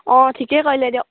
অঁ ঠিকে কৰিলে দিয়ক